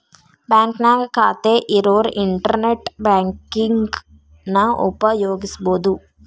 ಬಾಂಕ್ನ್ಯಾಗ ಖಾತೆ ಇರೋರ್ ಇಂಟರ್ನೆಟ್ ಬ್ಯಾಂಕಿಂಗನ ಉಪಯೋಗಿಸಬೋದು